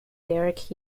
derek